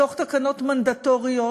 מתוך תקנות מנדטוריות,